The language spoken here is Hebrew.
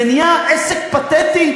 זה נהיה עסק פתטי,